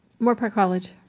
moorpark college?